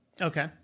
Okay